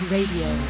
Radio